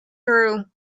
through